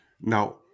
Now